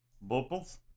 Bubbles